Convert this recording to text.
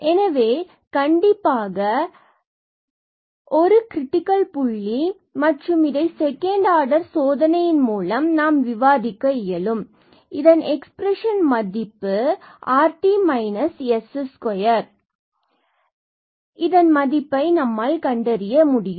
எனவே கண்டிப்பாக ஒரு கிரிடிக்கல் புள்ளி மற்றும் இதை செகண்ட் ஆர்டர் சோதனையின் மூலம் நாம் விவாதிக்க இயலும் இதன் எக்ஸ்பிரஷன் மதிப்பு rt s2 நம்மால் கண்டறிய முடியும்